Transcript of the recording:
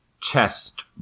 chest